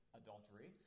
adultery